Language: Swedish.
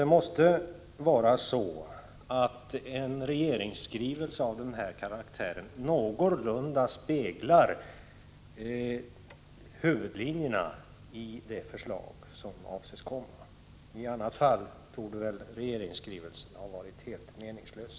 Det måste vara så att en regeringsskrivelse någorlunda speglar huvudlinjerna i det förslag som avses komma — i annat fall torde regeringsskrivelsen ha varit helt meningslös.